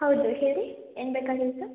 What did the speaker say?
ಹೌದು ಹೇಳಿ ಏನು ಬೇಕಾಗಿತ್ತು